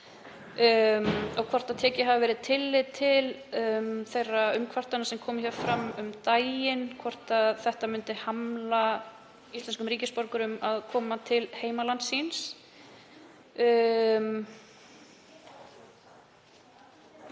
og hvort tekið hafi verið tillit til þeirra umkvartana sem komu fram um daginn, hvort þetta myndi hamla íslenskum ríkisborgurum að koma til heimalands síns.